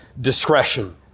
discretion